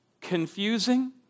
confusing